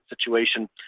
situation